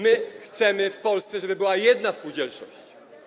My chcemy w Polsce, żeby była jedna spółdzielczość.